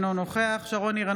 אינו נוכח שרון ניר,